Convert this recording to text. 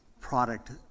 product